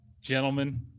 gentlemen